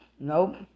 Nope